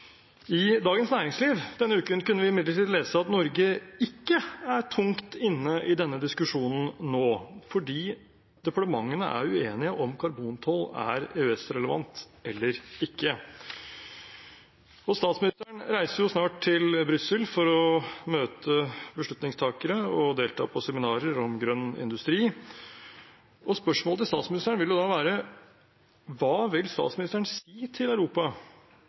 I Dagens Næringsliv denne uken kunne vi imidlertid lese at Norge ikke er tungt inne i denne diskusjonen nå, fordi departementene er uenige om karbontoll er EØS-relevant eller ikke. Statsministeren reiser snart til Brussel for å møte beslutningstakere og delta på seminarer om grønn industri. Spørsmålet til statsministeren vil være: Hva vil statsministeren si til Europa